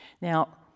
Now